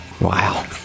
Wow